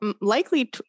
likely